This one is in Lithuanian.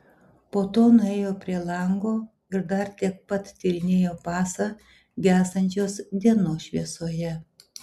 po to nuėjo prie lango ir dar tiek pat tyrinėjo pasą gęstančios dienos šviesoje